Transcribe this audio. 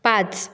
पांच